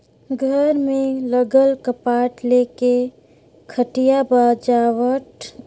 घर में लगल कपाट ले लेके खटिया, बाजवट, टेबुल, कुरसी जम्मो हर पेड़ के लकरी ले बनल होथे